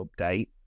update